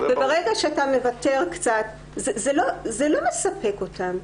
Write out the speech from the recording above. ברגע שאתה מוותר קצת, זה לא מספק אותם.